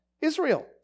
Israel